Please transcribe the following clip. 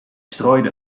strooide